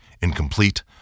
incomplete